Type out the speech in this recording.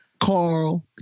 carl